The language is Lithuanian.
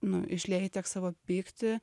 nu išlieji tiek savo pyktį